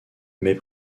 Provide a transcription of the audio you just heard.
mais